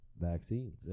vaccines